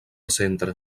centre